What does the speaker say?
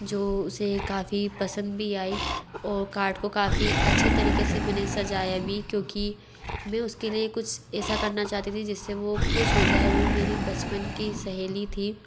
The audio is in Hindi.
जो उसे काफ़ी पसन्द भी आई और कार्ड को मैंने काफ़ी अच्छे तरीक़े से मैंने सजाया भी क्योंकि मैं उसके लिए कुछ ऐसा करना चाहती थी जिस से वो ख़ुश हो जाए वो मेरी बचपन की सहेली थी